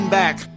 back